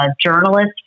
journalist